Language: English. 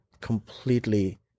completely